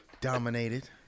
Dominated